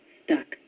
stuck